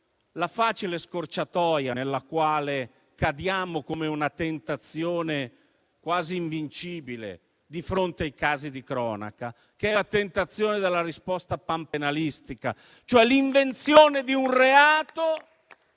la facile scorciatoia nella quale cadiamo come in una tentazione quasi invincibile di fronte ai casi di cronaca, che è quella tentazione della risposta panpenalistica, e cioè l'invenzione di un reato